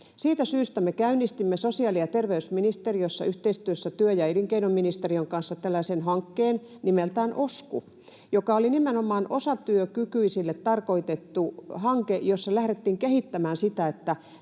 Siitä syystä me käynnistimme sosiaali- ja terveysministeriössä yhteistyössä työ- ja elinkeinoministeriön kanssa tällaisen hankkeen nimeltä Osku, joka oli nimenomaan osatyökykyisille tarkoitettu hanke, jossa lähdettiin sitä kehittämään niin, että